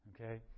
Okay